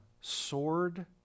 sword